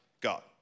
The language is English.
God